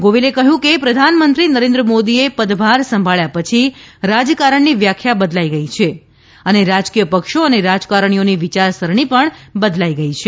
ગોવિલે કહ્યું કે પ્રધાનમંત્રી નરેન્દ્ર મોદીએ પદભાર સંભાબ્યા પછી રાજકારણની વ્યાખ્યા બદલાઈ ગઈ છે અને રાજકીય પક્ષો અને રાજકારણીઓની વિચારસરણી પણ બદલાઈ ગઈ છે